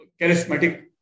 charismatic